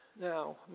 Now